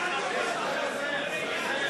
טרח לבוא לוועדה אפילו פעם אחת.